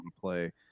play